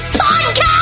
podcast